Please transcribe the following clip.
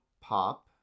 Pop